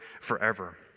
forever